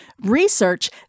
research